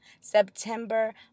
September